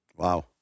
Wow